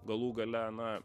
galų gale na